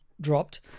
dropped